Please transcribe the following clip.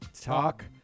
talk